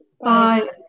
Bye